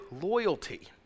loyalty